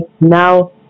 now